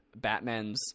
Batmans